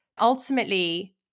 Ultimately